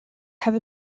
have